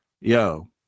Yo